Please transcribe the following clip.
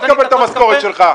גם ביום כיפור תקבל את המשכורת שלך.